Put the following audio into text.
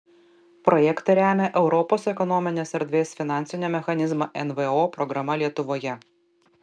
projektą remia europos ekonominės erdvės finansinio mechanizmo nvo programa lietuvoje